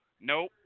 nope